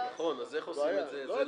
זו בעיה.